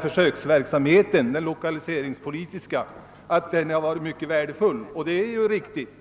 försöksverksamheten under de senare åren har varit värdefull och det är ju riktigt.